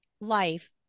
life